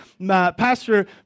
Pastor